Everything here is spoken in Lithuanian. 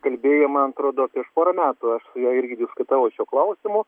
kalbėjo man atrodo prieš porą metų aš su ja irgi skaitau šiuo klausimu